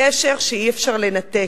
קשר שאי-אפשר לנתק.